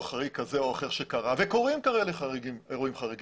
חריג כזה או אחר שקרה וקורים כאלה אירועים חריגים.